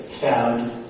found